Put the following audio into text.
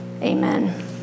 amen